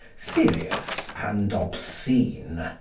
serious, and obscene.